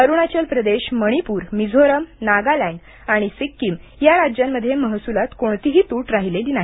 अरुणाचल प्रदेश मणिपूर मिझोरम नागालँड आणि सिक्कीम या राज्यांमध्ये महसुलात कोणतीही तुट राहिलेली नाही